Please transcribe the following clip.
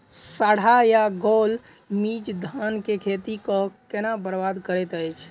साढ़ा या गौल मीज धान केँ खेती कऽ केना बरबाद करैत अछि?